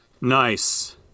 nice